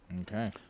Okay